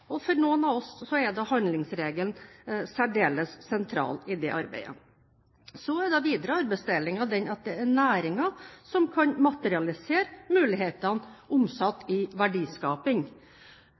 For noen av oss er handlingsregelen særdeles sentral i det arbeidet. Den videre arbeidsdelingen er at næringen kan materialisere mulighetene, omsatt i verdiskaping. Det jeg har pekt på, også fra denne talerstolen, er mulighetene som